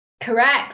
Correct